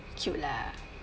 cute lah